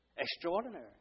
Extraordinary